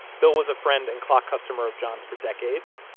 bill was a friend and clock customer of john's for decades.